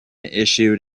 issued